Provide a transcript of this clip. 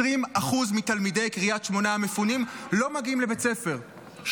20% מתלמידי קריית שמונה המפונים לא מגיעים לבית הספר,